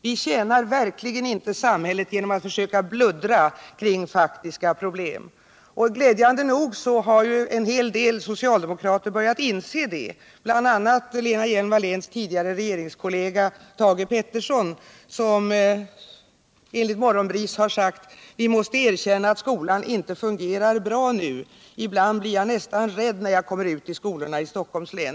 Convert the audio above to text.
: Vi tjänar verkligen inte samhället genom att försöka bluddra kring faktiska problem. Och glädjande nog har en hel del socialdemokrater börjat inse det, bl.a. Lena Hjelm-Walléns partikamrat Thage Peterson, som enligt Morgonbris har sagt: Vi måste erkänna att skolan inte fungerar bra nu. Ibland blir jag nästan rädd när jag kommer ut i skolorna i Stockholms län.